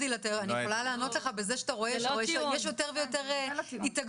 יכולה לענות לך בזה שאתה רואה שיש יותר ויותר התאגדויות,